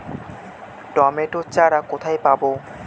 Tomato চারা কোথায় পাবো?